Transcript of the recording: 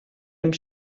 amb